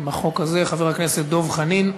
בחוק הזה, חבר הכנסת דב חנין.